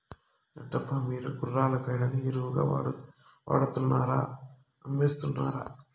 రెడ్డప్ప, మీరు గుర్రాల పేడని ఎరువుగా వాడుతున్నారా అమ్మేస్తున్నారా